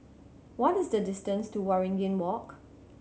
what is the distance to Waringin Walk